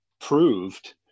proved